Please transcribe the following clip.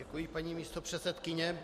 Děkuji, paní místopředsedkyně.